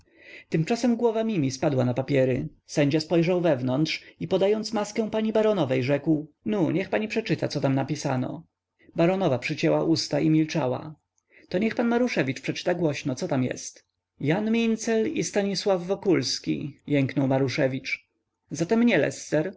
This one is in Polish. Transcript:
tymczasem głowa mimi spadła na papiery sędzia spojrzał wewnątrz i podając maskę pani baronowej rzekł nu niech pani przeczyta co tam napisano baronowa przycięła usta i milczała to niech pan maruszewicz przeczyta głośno co tam jest jan mincel i stanisław wokulski jęknął maruszewicz zatem nie